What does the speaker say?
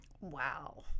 Wow